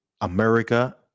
America